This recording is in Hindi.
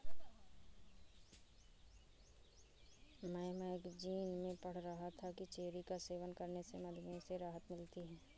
मैं मैगजीन में पढ़ रहा था कि चेरी का सेवन करने से मधुमेह से राहत मिलती है